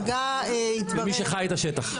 כמי שחי את השטח.